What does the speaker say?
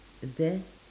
is there